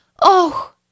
Oh